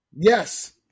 Yes